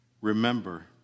Remember